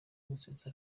gusetsa